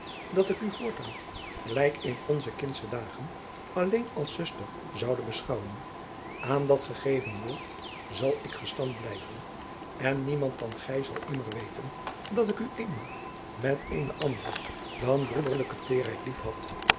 dat ik u voortaan gelijk in onze kindsche dagen alleen als zuster zoude beschouwen aan dat gegeven woord zal ik gestand blijven en niemand dan gij zal immer weten jacob van lennep de pleegzoon dat ik u eenmaal met eene andere dan broederlijke teêrheid lief